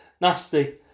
nasty